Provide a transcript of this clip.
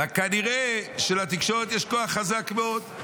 כנראה שלתקשורת יש כוח חזק מאוד.